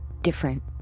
different